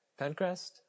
Pencrest